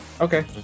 Okay